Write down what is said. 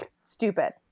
stupid